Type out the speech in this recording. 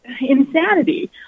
insanity